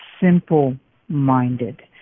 simple-minded